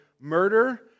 murder